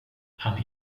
han